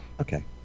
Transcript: Okay